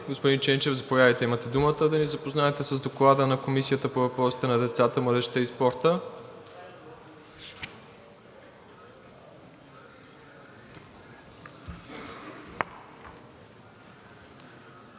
Господин Ченчев, заповядайте – имате думата да ни запознаете с Доклада на Комисията по въпросите на децата, младежта и спорта.